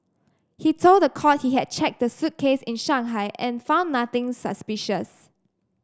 he told the court he had checked the suitcase in Shanghai and found nothing suspicious